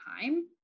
time